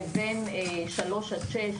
לבין שלוש עד שש,